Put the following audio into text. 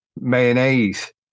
mayonnaise